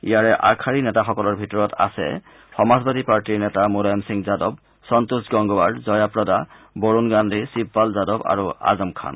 ইয়াৰে আগশাৰীৰ নেতাসকলৰ ভিতৰত আছে সমাজবাদী পাৰ্টীৰ নেতা মুলায়ম সিং যাদৱ সন্তোষ গংগৱাৰ জয়া প্ৰদা বৰুণ গান্ধী শিৱপাল যাদৱ আৰু আজম খান